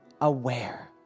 aware